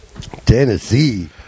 Tennessee